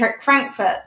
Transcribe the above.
Frankfurt